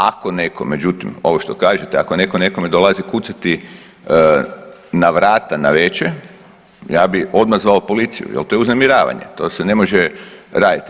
Ako netko, međutim ovo što kažete ako netko nekome dolazi kucati na vrata navečer ja bi odmah zvao policiju jer to je uznemiravanje, to se ne može raditi.